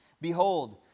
Behold